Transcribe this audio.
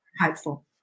hopeful